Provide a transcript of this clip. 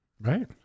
right